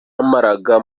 yamaraga